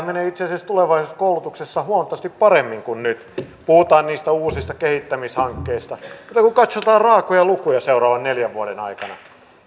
menee itse asiassa tulevaisuudessa koulutuksessa huomattavasti paremmin kuin nyt puhutaan niistä uusista kehittämishankkeista mutta kun katsotaan raakoja lukuja seuraavien neljän vuoden aikana